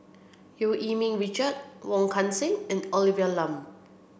Eu Yee Ming Richard Wong Kan Seng and Olivia Lum